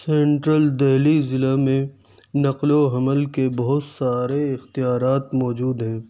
central Delhi ضلع میں نقل و حمل کے بہت سارے اختیارات موجود ہیں